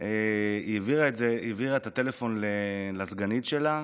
היא העבירה את הטלפון לסגנית שלה,